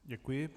Děkuji.